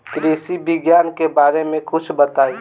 कृषि विज्ञान के बारे में कुछ बताई